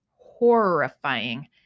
horrifying